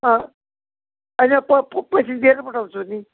अँ होइन प पैसा दिएरै पठाउँछु नि